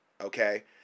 okay